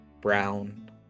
brown